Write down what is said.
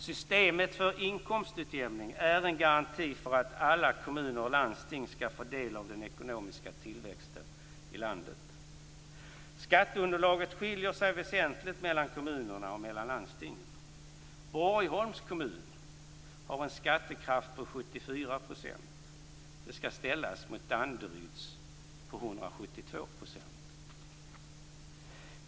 Systemet för inkomstutjämning är en garanti för att alla kommuner och landsting skall få del av den ekonomiska tillväxten i landet. Skatteunderlaget skiljer sig väsentligt mellan kommunerna och mellan landstingen. Borgholms kommun har en skattekraft på 74 %. Det skall ställas mot Danderyds skattekraft på 172 %.